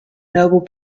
noble